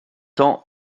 tend